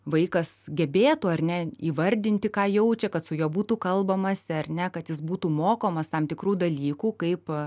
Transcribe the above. vaikas gebėtų ar ne įvardinti ką jaučia kad su juo būtų kalbamasi ar ne kad jis būtų mokomas tam tikrų dalykų kaip